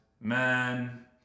Man